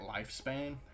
lifespan